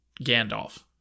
Gandalf